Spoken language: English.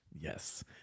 Yes